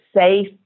safe